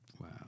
Wow